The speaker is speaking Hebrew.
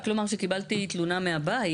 רק לומר שקיבלתי תלונה מהבית,